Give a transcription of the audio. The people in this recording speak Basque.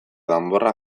danborrak